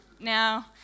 Now